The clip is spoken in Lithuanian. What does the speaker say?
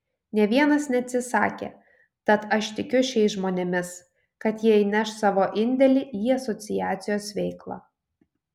nė vienas neatsisakė tad aš tikiu šiais žmonėmis kad jie įneš savo indėlį į asociacijos veiklą